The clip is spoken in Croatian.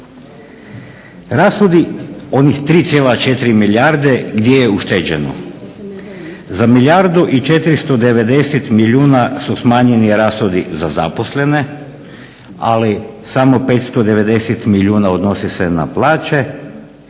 Rashodi onih 3,4 milijarde gdje je ušteđeno. Za milijardu 490 milijuna su smanjeni rashodi za zaposlene, ali samo 590 milijuna odnose se na plaće,